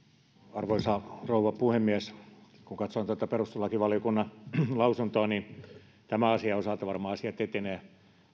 arvoisa rouva puhemies kun katsoin tätä perustuslakivaliokunnan lausuntoa niin tämän asian osalta varmaan asiat etenevät